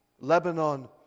Lebanon